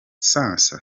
sasa